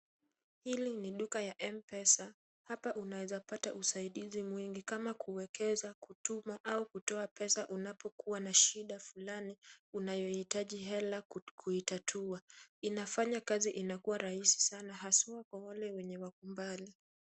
Hili ni duka ya mpesa hapa unaeza pata usaidizi mwingi kama kuekeza kutuma au kutoa pesa unapokuwa na shida fulani unayohitaji hela kuitatua. Inafanya kazi inakuwa rahisi sana haswa kwa wale wenye wako mbali.